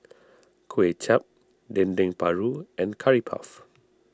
Kuay Chap Dendeng Paru and Curry Puff